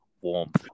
warmth